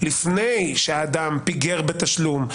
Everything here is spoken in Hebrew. לפני שהאדם פיגר בתשלום,